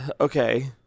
Okay